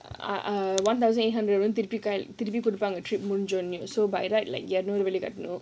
uh err one thousand eight hundred திருப்பி கொடுப்பாங்க:thiruppi koduppaanga trip முடிஞ்ச உடனேயே:mudinja udanaeyae so by right like இருநூறு கட்டணும்:irunooru kattanum